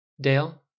Dale